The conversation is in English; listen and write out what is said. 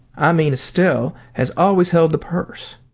i mean estelle has always held the purse.